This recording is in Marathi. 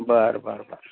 बरं बरं बरं